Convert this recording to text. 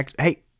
hey